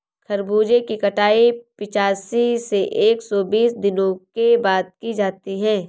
खरबूजे की कटाई पिचासी से एक सो बीस दिनों के बाद की जाती है